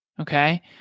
Okay